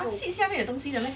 uh 下面有东西的 meh